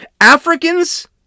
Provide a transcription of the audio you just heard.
Africans